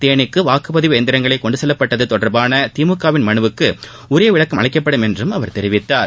தேனிக்கு வாக்குப்பதிவு இயந்திரங்கள் கொண்டுச் செல்லப்பட்டது தொடர்பாக திமுகவின் மனுவுக்கு உரிய விளக்கம் அளிக்கப்படும் என்றும் அவர் தெரிவித்தார்